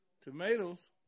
tomatoes